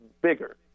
bigger